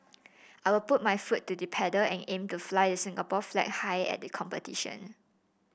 I will put my foot to the pedal and aim to fly the Singapore flag high at the competition